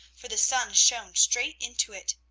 for the sun shone straight into it.